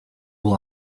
will